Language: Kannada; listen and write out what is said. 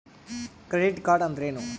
ಕ್ರೆಡಿಟ್ ಕಾರ್ಡ್ ಅಂದ್ರೇನು?